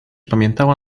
pamiętała